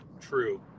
true